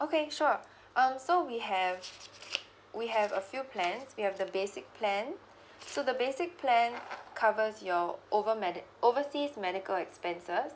okay sure um so we have we have a few plans we have the basic plan so the basic plan covers your over medic overseas medical expenses